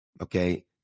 okay